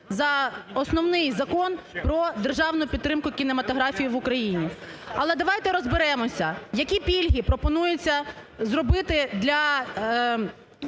за основний Закон про державну підтримку кінематографії в Україні. Але давайте розберемося, які пільги пропонується зробити в